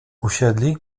usiedli